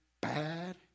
bad